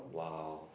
!wow!